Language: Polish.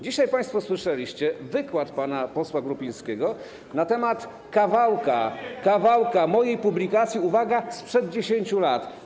Dzisiaj państwo słyszeliście wykład pana posła Grupińskiego na temat kawałka mojej publikacji, uwaga, sprzed 10 lat.